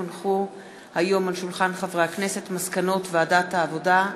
כי הונחו היום על שולחן הכנסת מסקנות ועדת העבודה,